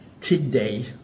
today